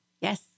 Yes